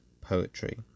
poetry